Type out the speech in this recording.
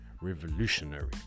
revolutionary